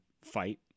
fight